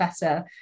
better